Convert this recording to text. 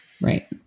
Right